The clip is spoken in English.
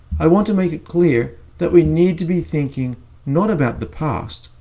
i want to make it clear that we need to be thinking not about the past,